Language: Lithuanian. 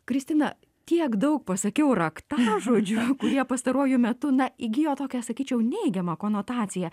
kristina tiek daug pasakiau raktažodžių kurie pastaruoju metu na įgijo tokią sakyčiau neigiamą konotaciją